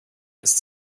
ist